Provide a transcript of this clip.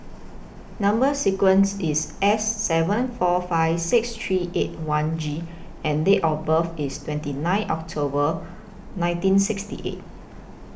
Number sequence IS S seven four five six three eight one G and Date of birth IS twenty nine October nineteen sixty eight